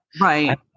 Right